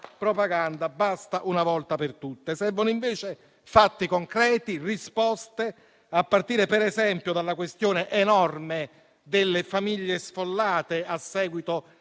propaganda. Basta, una volta per tutte. Servono, invece, fatti concreti e risposte: a partire, per esempio, dalla questione enorme delle famiglie sfollate a seguito